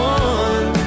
one